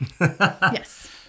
Yes